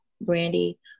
brandy